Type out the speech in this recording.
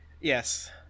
Yes